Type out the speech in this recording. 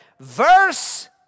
Verse